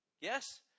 Yes